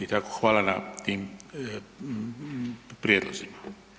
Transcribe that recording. Tako hvala na tim prijedlozima.